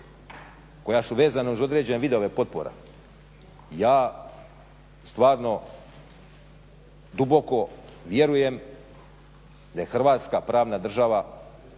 koja su vezana uz određene vidove potpora ja stvarno duboko vjerujem da je Hrvatska pravna država